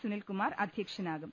സുനിൽകുമാർ അധ്യക്ഷ നാകും